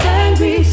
angry